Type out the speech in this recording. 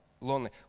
lonely